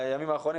בימים האחרונים,